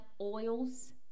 oils